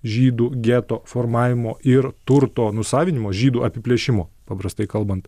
žydų geto formavimo ir turto nusavinimo žydų apiplėšimo paprastai kalbant